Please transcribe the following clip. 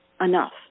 enough